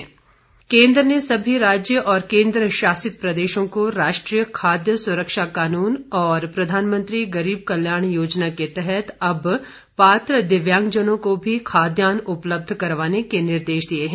दिव्यांगजन केन्द्र ने सभी राज्य और केन्द्र शासित प्रदेशों को राष्ट्रीय खाद्य सुरक्षा कानून और प्रधानमंत्री गरीब कल्याण योजना के तहत अब पात्र दिव्यांगजनों को भी खाद्यान्न उपलब्ध करवाने के निर्देश दिये हैं